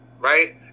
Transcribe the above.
right